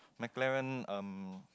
McLaren um